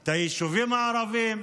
את היישובים הערביים,